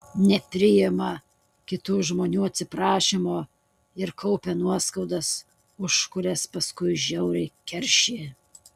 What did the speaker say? nepriima kitų žmonių atsiprašymo ir kaupia nuoskaudas už kurias paskui žiauriai keršija